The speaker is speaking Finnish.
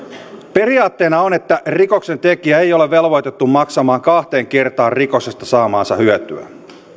periaatteena on että rikoksentekijä ei ole velvoitettu maksamaan kahteen kertaan rikoksesta saamaansa hyötyä